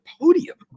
podium